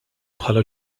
bħala